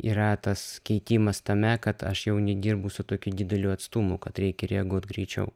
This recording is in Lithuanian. yra tas keitimas tame kad aš jau nedirbu su tokiu dideliu atstumu kad reikia reaguot greičiau